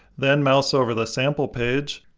then mouse over the sample page.